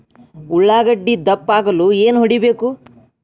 ಉಳ್ಳಾಗಡ್ಡೆ ದಪ್ಪ ಆಗಲು ಏನು ಹೊಡಿಬೇಕು?